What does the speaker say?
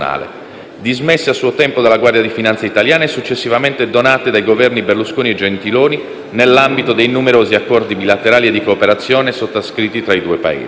dismesse a suo tempo della Guardia di finanza italiana e successivamente donate dai Governi Berlusconi e Gentiloni Silveri nell'ambito dei numerosi accordi bilaterali di cooperazione sottoscritti tra i due Paesi.